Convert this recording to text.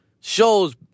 shows